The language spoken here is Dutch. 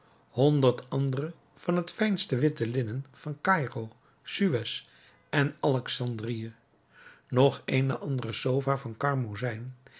honderd andere van het fijnste witte linnen van caïro suëz en alexandrië nog eene andere sofa van